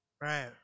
Right